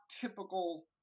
typical